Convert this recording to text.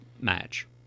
match